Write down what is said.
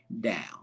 down